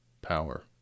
power